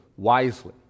Wisely